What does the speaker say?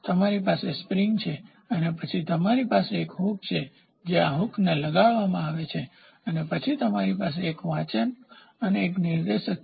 તમારી પાસે સ્પ્રીંગ છે અને તે પછી તમારી પાસે એક હૂક છે જે આ હૂકને લગાડવામાં આવે છે અને પછી તમારી પાસે એક વાંચન અને એક નિર્દેશક છે